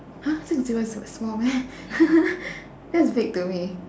!huh! six table is what small meh that's big to me